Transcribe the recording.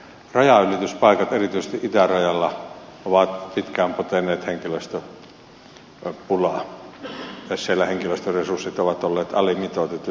rajanylityspaikat erityisesti itärajalla ovat pitkään poteneet henkilöstöpulaa siellä henkilöstöresurssit ovat olleet alimitoitetut